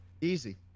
Easy